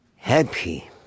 happy